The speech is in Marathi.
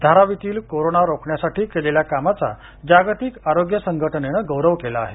धारावीतील कोरोना रोखण्यासाठी केलेल्या कामाचा जागतिक आरोग्य संघटनेनं गौरव केला आहे